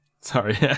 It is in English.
Sorry